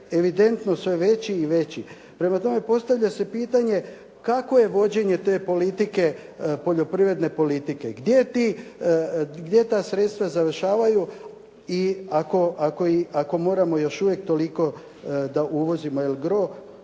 evidentno sve veći i veći. Prema tome, postavlja se pitanje kakvo je vođenje te politike poljoprivredne politike? Gdje ta sredstva završavaju? I ako moramo još uvijek toliko da uvozimo jel' gro,